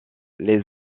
les